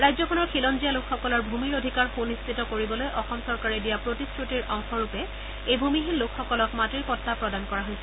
ৰাজ্যখনৰ খিলঞ্জীয়া লোকসকলৰ ভূমিৰ অধিকাৰ সুনিশ্চিত কৰিবলৈ অসম চৰকাৰে দিয়া প্ৰতিশ্ৰুতিৰ অংশ ৰূপে এই ভূমিহীন লোকসকলক মাটিৰ পট্টা প্ৰদান কৰা হৈছে